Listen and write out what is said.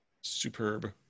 Superb